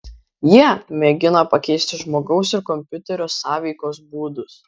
jie mėgina pakeisti žmogaus ir kompiuterio sąveikos būdus